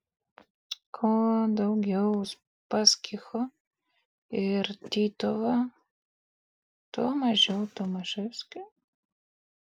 kuo daugiau uspaskicho ir titovo tuo mažiau tomaševskio